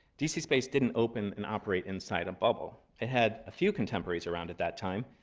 d c. space didn't open and operate inside a bubble. it had a few contemporaries around at that time.